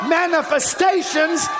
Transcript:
manifestations